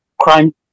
crime